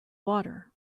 water